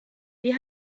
wie